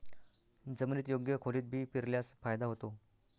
जमिनीत योग्य खोलीत बी पेरल्यास फायदा होतो